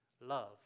love